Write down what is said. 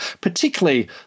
Particularly